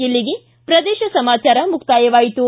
ಇಲ್ಲಿಗೆ ಪ್ರದೇಶ ಸಮಾಚಾರ ಮುಕ್ತಾಯವಾಯಿತು